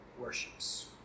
worships